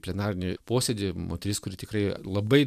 plenarinį posėdį moteris kuri tikrai labai